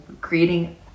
creating